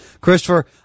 christopher